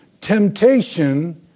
temptation